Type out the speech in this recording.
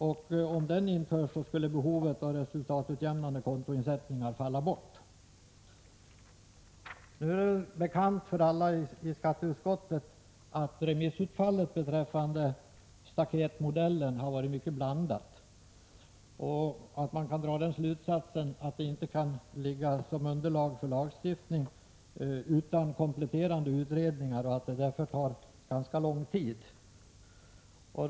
Om denna modell införs skulle behovet av resultatutjämnande kontoinsättningar falla bort. Nu är det bekant för alla i skatteutskottet att remissutfallet beträffande staketmodellen har varit mycket blandat. Man kan därför dra den slutsatsen att förslaget inte kan utgöra underlag för lagstiftning utan kompletterande utredningar och att det således tar ganska lång tid innan förslaget kan förverkligas.